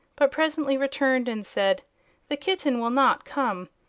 but presently returned and said the kitten will not come.